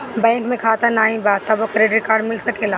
Bank में खाता नाही बा तबो क्रेडिट कार्ड मिल सकेला?